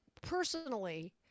personally